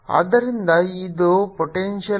ಆದ್ದರಿಂದ ಇದು ಪೊಟೆಂಶಿಯಲ್